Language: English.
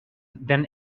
than